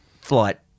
flight